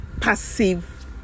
passive